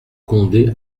condé